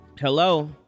hello